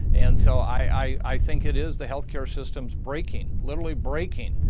and so i think it is the health care system's breaking, literally breaking,